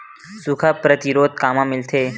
सुखा प्रतिरोध कामा मिलथे?